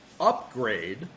upgrade